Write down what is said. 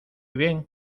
bien